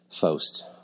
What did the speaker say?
Faust